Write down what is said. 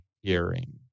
hearing